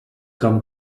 kam